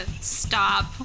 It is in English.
stop